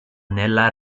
nella